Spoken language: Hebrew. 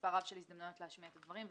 מספר רב של הזדמנויות להשמיע את הדברים,